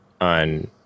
on